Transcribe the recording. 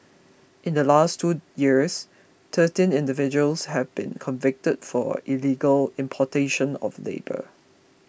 in the last two years thirteen individuals have been convicted for illegal importation of labour